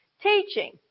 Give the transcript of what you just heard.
teaching